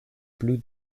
blue